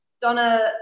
Donna